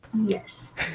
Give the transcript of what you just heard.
yes